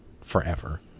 forever